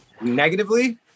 Negatively